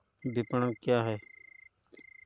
विपणन क्या है?